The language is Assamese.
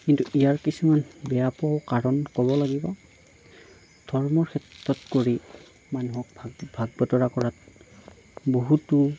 কিন্তু ইয়াৰ কিছুমান বেয়া পোৱাও কাৰণ ক'ব লাগিব ধৰ্মৰ ক্ষেত্ৰত কৰি মানুহক ভাগ বতৰা কৰাত বহুতো